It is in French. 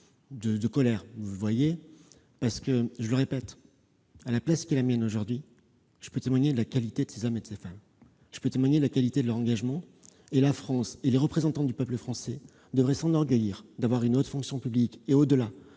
de colère, parce que- je le répète -à la place qui est la mienne aujourd'hui, je peux témoigner de la qualité de ces hommes et ces femmes, et de celle de leur engagement. La France et les représentants du peuple français devraient s'enorgueillir d'avoir une haute fonction publique et, au-delà,